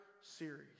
series